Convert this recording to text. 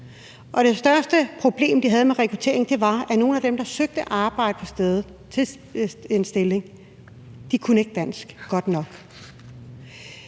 det største problem, de havde med rekruttering, var, at nogle af dem, der søgte arbejde på stedet, ikke kunne dansk godt nok.